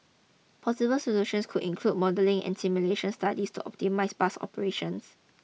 possible solutions could include modelling and simulation studies to optimise bus operations